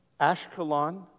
Ashkelon